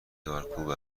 دارکوب